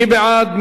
מי בעד?